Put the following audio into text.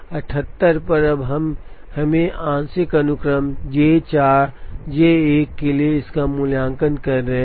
78 पर अब हम आंशिक अनुक्रम J 4 J 1 के लिए इसका मूल्यांकन कर रहे हैं